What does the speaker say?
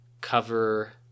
cover